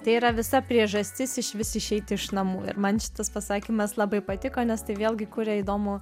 tai yra visa priežastis išvis išeiti iš namų ir man šitas pasakymas labai patiko nes tai vėlgi kuria įdomų